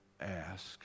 ask